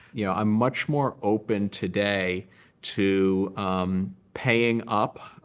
yeah i'm much more open today to paying up